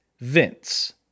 Vince